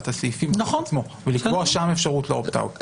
את הסעיף עצמו ולקבוע שם אפשרות ל-opt out.